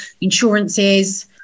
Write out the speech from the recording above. insurances